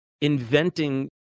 inventing